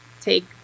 take